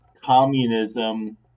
communism